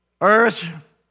earth